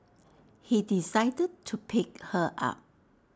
he decided to pick her up